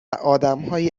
آدمهایی